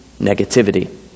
negativity